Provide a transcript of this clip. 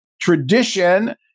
tradition